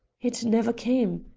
it never came.